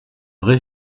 vrai